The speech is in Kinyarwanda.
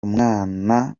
umwana